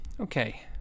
Okay